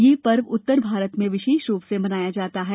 ये पर्व उत्तरभारत में विशेष रूप से मनाया जाता है